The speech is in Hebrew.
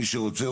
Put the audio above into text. מי שרוצה,